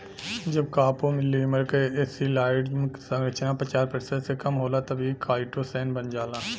जब कॉपोलीमर क एसिटिलाइज्ड संरचना पचास प्रतिशत से कम होला तब इ काइटोसैन बन जाला